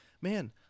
man